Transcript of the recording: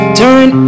turn